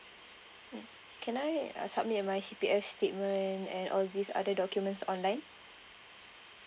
can I uh submit my C_P_F statement and all these other documents online